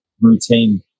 routine